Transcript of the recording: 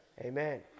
Amen